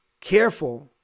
careful